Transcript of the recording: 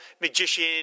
magician